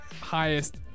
highest